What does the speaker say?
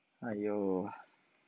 !aiyo!